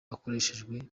akoreshejwe